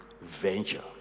venture